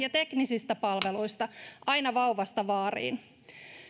ja teknisistä palveluista aina vauvasta vaariin